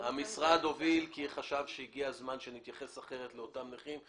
הוביל כי חשב שהגיע הזמן שנתייחס אחרת לאותם נכים,